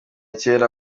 kera